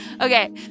Okay